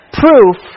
proof